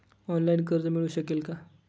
Online कर्ज मिळू शकेल का?